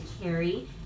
carry